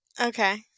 Okay